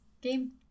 game